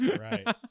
right